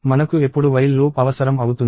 మనకు ఎప్పుడు while loop అవసరం అవుతుంది